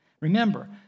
Remember